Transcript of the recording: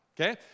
okay